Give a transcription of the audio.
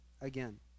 again